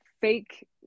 fake